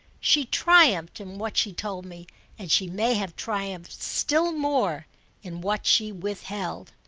she triumphed in what she told me and she may have triumphed still more in what she withheld.